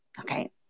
okay